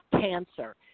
cancer